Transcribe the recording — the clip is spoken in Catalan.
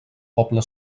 poble